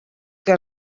que